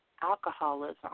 alcoholism